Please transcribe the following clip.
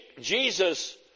Jesus